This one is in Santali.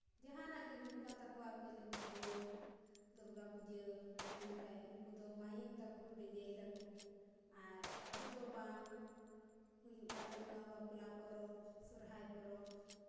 ᱡᱟᱦᱟᱱᱟᱜ ᱜᱮ ᱦᱩᱭᱩᱜ ᱠᱟᱱ ᱛᱟᱠᱚᱣᱟ ᱠᱟᱹᱞᱤᱯᱩᱡᱟᱹ ᱫᱩᱨᱜᱟᱯᱩᱡᱟᱹ ᱢᱮᱱᱠᱷᱟᱡ ᱩᱱᱠᱩ ᱫᱚ ᱢᱟᱭᱤᱠ ᱫᱟᱠᱚ ᱰᱤᱡᱮᱭ ᱫᱟᱠᱚ ᱟᱨ ᱟᱵᱚ ᱫᱚ ᱵᱟᱝ ᱦᱩᱭᱩᱜ ᱠᱟᱱ ᱛᱟᱵᱳᱱᱟ ᱵᱟᱯᱞᱟ ᱯᱚᱨᱚᱵᱽ ᱥᱚᱦᱚᱨᱟᱭ ᱯᱚᱨᱚᱵᱽ